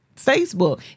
Facebook